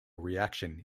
reaction